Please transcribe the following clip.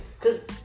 cause